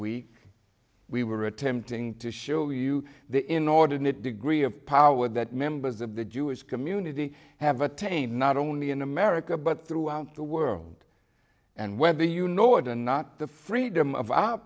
week we were attempting to show you the inordinate degree of power that members of the jewish community have attained not only in america but throughout the world and whether you know it or not the freedom of our